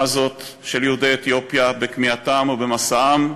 הזאת של יהודי אתיופיה בכמיהתם ובמסעם,